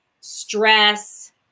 stress